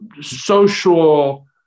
social